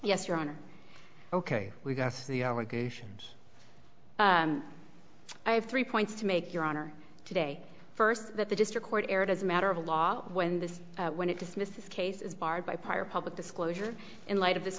yes your honor ok we've got the allegations i have three points to make your honor today first that the district court erred as a matter of law when this when it dismissed this case is barred by prior public disclosure in light of this